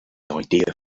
idea